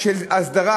של הסדרה,